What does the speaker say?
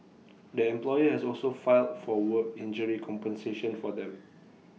the employer has also filed for work injury compensation for them